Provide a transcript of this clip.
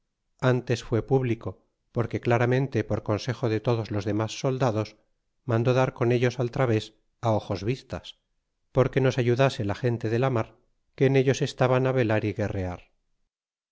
antes fué público porque claramente por consejo de todos los demas soldados mandó dar con ellos al través h ojos vistas porque nos ayudase la gente de la mar que en ellos estaba h velar y guerrear